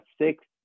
six